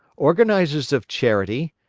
organisers of charity,